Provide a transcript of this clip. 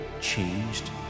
changed